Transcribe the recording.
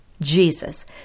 Jesus